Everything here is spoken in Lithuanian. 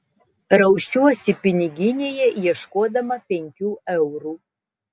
rausiuosi piniginėje ieškodama penkių eurų